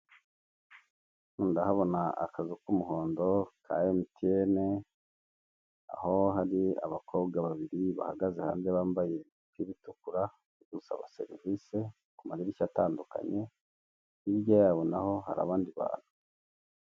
Hano ndahabona akazu k'umuhondo ka emutiyeni aho hari abakobwa babiri bahagaze hanze bambaye imipira itukura bari gusaba serivise ku madirishya atandukanye hirya yaho naho hari abandi bantu.